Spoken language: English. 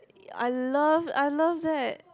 I love I love that